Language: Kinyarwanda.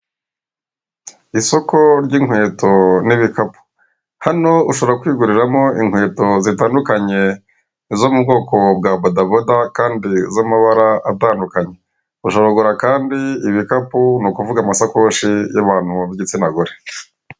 Isoko ry'inkweto n'ibikapu. Hano ushobora kwiguriramo inkweto zitandukanye zo mu bwoko bwa badaboda, kandi z'amabara atandukanye. Ushobora kugura kandi ibikapu, ni ukuvuga amasakoshi y'abantu b'igitsina gore.